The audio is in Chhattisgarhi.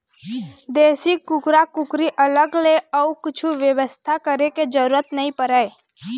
देसी कुकरा कुकरी अलग ले अउ कछु बेवस्था करे के जरूरत नइ परय